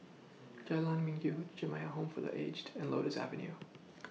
Jalan Minggu Jamiyah Home For The Aged and Lotus Avenue